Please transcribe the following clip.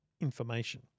information